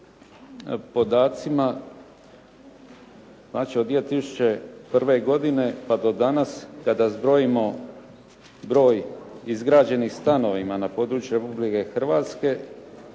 znači od 2001. godine pa do danas kada zbrojimo broj izgrađenih stanova na području Republike Hrvatske